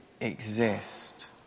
exist